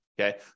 Okay